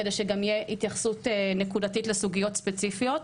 כדי שגם תהיה התייחסות נקודתית לסוגיות ספציפיות.